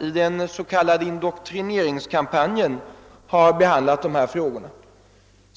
i den s.k. indoktrineringskampanjen har behandlat dessa frågor.